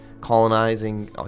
colonizing